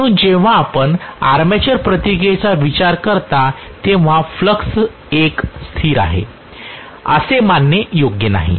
म्हणून जेव्हा आपण आर्मेचर प्रतिक्रियेचा विचार करता तेव्हा फ्लक्स एक स्थिर आहे असे मानणे योग्य नाही